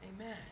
Amen